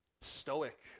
stoic